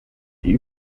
die